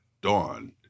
Dawn